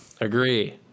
agree